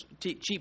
cheap